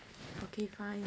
okay fine